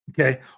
Okay